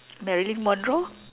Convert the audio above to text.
Marilyn Monroe